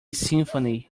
symphony